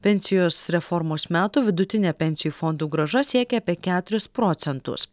pensijos reformos metų vidutinė pensijų fondų grąža siekia apie keturis procentus